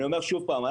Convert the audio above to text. אני אומר שוב פעם,